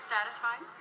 Satisfied